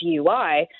DUI